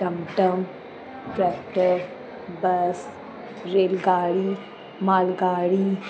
टमटम tractor bus रेलगाड़ी मालगाड़ी